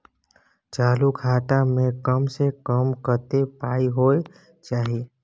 चालू खाता में कम से कम कत्ते पाई होय चाही?